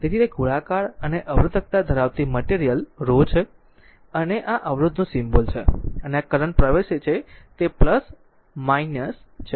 તેથી તે ગોળાકાર અને અવરોધકતા ધરાવતી મટેરિયલ rho છે અને આ અવરોધનું સિમ્બોલ છે અને આ કરંટ પ્રવેશ છે તે છે